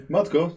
Matko